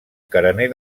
carener